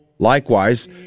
Likewise